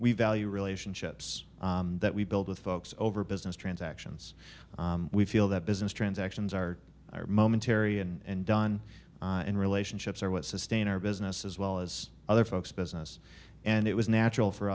we value relationships that we build with folks over business transactions we feel that business transactions are momentary and done and relationships are what sustain our business as well as other folks business and it was natural for